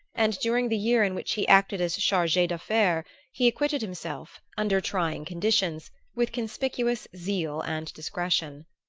and during the year in which he acted as charge d'affaires he acquitted himself, under trying conditions, with conspicuous zeal and discretion.